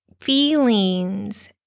feelings